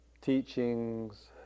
teachings